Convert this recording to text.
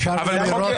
אפשר להעיר?